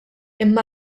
imma